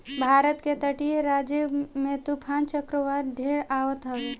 भारत के तटीय राज्य में तूफ़ान चक्रवात ढेर आवत हवे